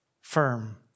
firm